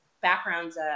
backgrounds